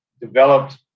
developed